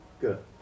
Good